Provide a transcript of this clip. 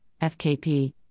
FKP